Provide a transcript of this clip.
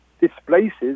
displaces